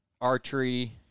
archery